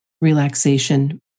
relaxation